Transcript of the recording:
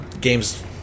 games